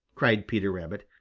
cried peter rabbit.